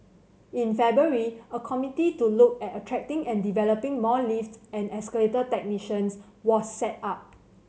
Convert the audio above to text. in February a committee to look at attracting and developing more lift and escalator technicians was set up